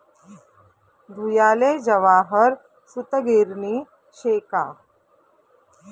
धुयाले जवाहर सूतगिरणी शे का